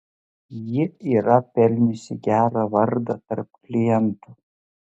ji yra pelniusi gerą vardą tarp klientų